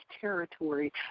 territory